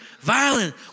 Violent